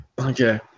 Okay